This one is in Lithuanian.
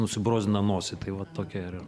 nusibrozdina nosį tai va tokia yra